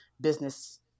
business